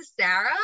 Sarah